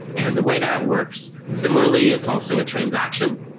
and the way that works, similarly, it's also a transaction.